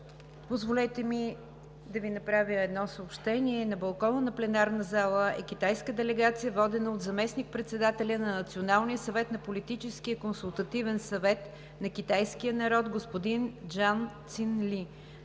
Позволете ми да направя едно съобщение: на балкона на пленарната зала е китайска делегация, водена от заместник председателя на Националния съвет на Политическия консултативен съвет на китайския народ господин Джан Цин Ли.